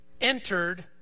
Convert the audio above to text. entered